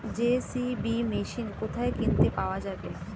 JCB machine কোথায় কিনতে পাওয়া যাবে?